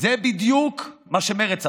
זה בדיוק מה שמרצ עשתה.